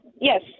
Yes